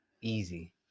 easy